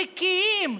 נקיים,